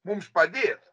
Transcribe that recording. mums padėt